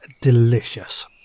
delicious